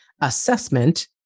assessment